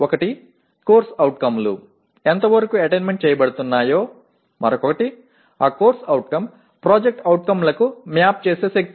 ఒకటి CO లు ఎంతవరకు అటైన్మెంట్ చేయబడుతున్నాయో మరొకటి ఆ CO PO లకు మ్యాప్ చేసే శక్తి